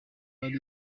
ari